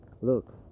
look